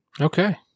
Okay